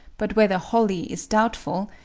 but whether wholly is doubtful,